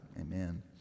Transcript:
amen